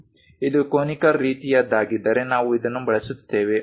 ಇದು ಕೋನಿಕಲ್ ರೀತಿಯದ್ದಾಗಿದ್ದರೆ ನಾವು ಇದನ್ನು ಬಳಸುತ್ತೇವೆ